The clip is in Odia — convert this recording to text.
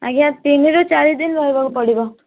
ଆଜ୍ଞା ତିନି ରୁ ଚାରି ଦିନ ରହିବାକୁ ପଡ଼ିବ